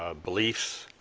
ah beliefs,